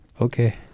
Okay